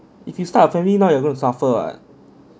if you start a family now you're gonna suffer [what]